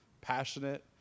Passionate